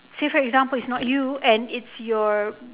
say for example is not you and is your